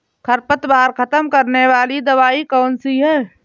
खरपतवार खत्म करने वाली दवाई कौन सी है?